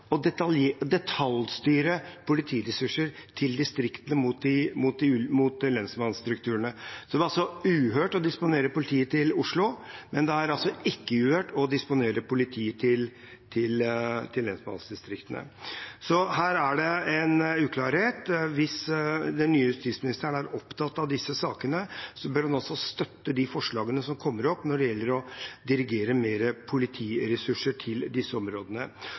å detaljstyre politiressurser til distriktene mot lensmannsstrukturene. Det var altså uhørt å disponere politi til Oslo, men det er altså ikke uhørt å disponere politi til lensmannsdistriktene. Så her er det en uklarhet. Hvis den nye justisministeren er opptatt av disse sakene, bør han også støtte de forslagene som kommer opp når det gjelder å dirigere mer politiressurser til disse områdene.